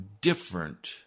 different